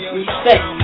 respect